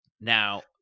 Now